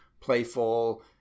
playful